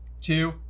two